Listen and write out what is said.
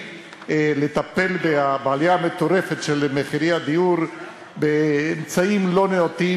לטפל בעלייה המטורפת של מחירי הדיור באמצעים לא נאותים,